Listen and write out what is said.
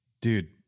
dude